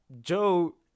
joe